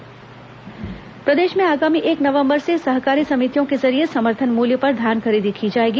धान खरीदी प्रदेश में आगामी एक नवंबर से सहकारी समितियों के जरिए समर्थन मूल्य पर धान खरीदी की जाएगी